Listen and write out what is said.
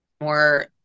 more